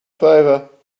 favor